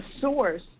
source